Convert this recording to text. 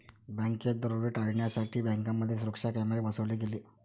बँकात दरोडे टाळण्यासाठी बँकांमध्ये सुरक्षा कॅमेरे बसवले गेले